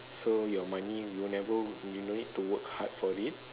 so your money will never you don't need to work hard for it